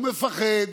הוא מפחד.